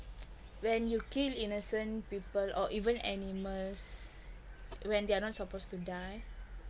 when you kill innocent people or even animals when they're not supposed to die